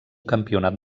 campionat